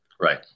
Right